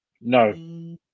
No